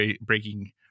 breaking